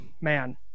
Man